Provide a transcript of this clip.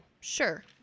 Sure